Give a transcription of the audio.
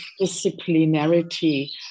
disciplinarity